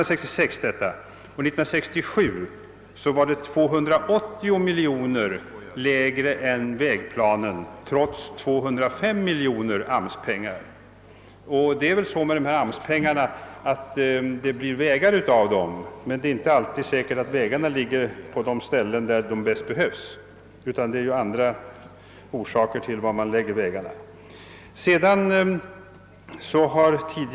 år 1967 låg vägbyggandet 280 miljoner kronor under vad som angivits i vägplanen, trots 205 miljoner kronor i AMS-medel. Det förhåller sig också så med dessa medel, att det visserligen blir vägar av dem men att det inte alltid är säkert att dessa vägar kommer att ligga på de ställen där de bäst behövs. Det är andra och ur den synpunkten fullt acceptabla faktorer som bestämmer förläggningen av dem.